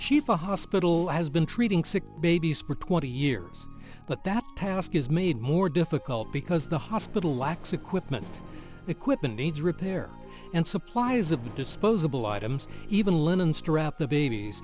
for hospital has been treating sick babies for twenty years but that task is made more difficult because the hospital lacks equipment equipment needs repair and supplies of disposable items even linen strap the babies